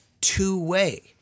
two-way